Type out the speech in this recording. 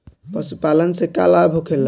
पशुपालन से का लाभ होखेला?